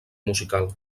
musical